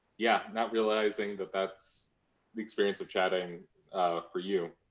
yeah, not realizing that that's the experience of chatting for you.